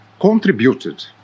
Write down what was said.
contributed